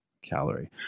calorie